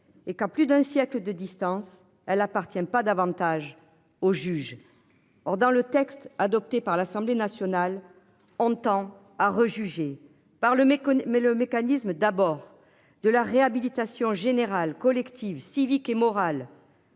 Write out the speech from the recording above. Et qu'en plus d'un siècle de distance, elle appartient pas davantage au juge. Or dans le texte adopté par l'Assemblée nationale on ne t'en as rejugé par le mec mais le mécanisme d'abord de la réhabilitation générale collective civique et morale.